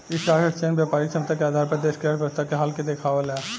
stock exchange व्यापारिक क्षमता के आधार पर देश के अर्थव्यवस्था के हाल के देखावेला